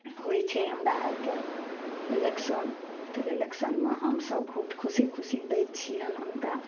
होइ छै हमरा आरके इलेक्शन तऽ इलेक्शनमे हमसभ वोट खुशी खुशी दै छियनि हुनका